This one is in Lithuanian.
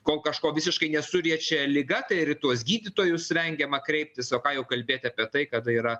kol kažko visiškai nesuriečia liga tai ir į tuos gydytojus vengiama kreiptis o ką jau kalbėti apie tai kad tai yra